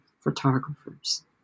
photographers